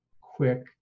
quick